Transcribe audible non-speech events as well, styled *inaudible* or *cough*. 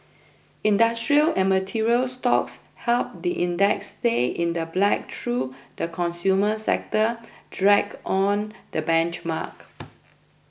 industrial and material stocks helped the index stay in the black though the consumer sector dragged on the benchmark *noise*